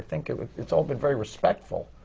think it's all been very respectful